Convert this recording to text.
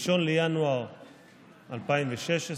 1 בינואר 2016,